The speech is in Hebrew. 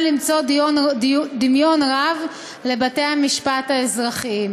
למצוא דמיון רב לבתי-המשפט האזרחיים.